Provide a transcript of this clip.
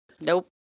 Nope